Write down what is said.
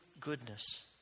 goodness